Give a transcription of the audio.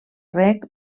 reg